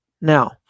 now